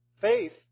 faith